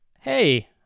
hey